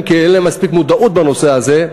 כי אין להם מספיק מודעות בנושא הזה,